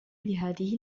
لهذه